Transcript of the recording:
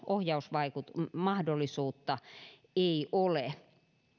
ohjausmahdollisuutta ei ole